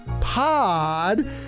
pod